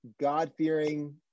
God-fearing